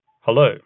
Hello